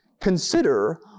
Consider